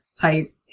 type